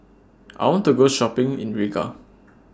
I want to Go Shopping in Riga